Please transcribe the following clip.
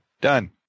done